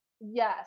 Yes